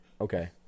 Okay